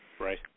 Right